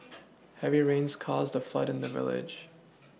heavy rains caused a flood in the village